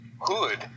Hood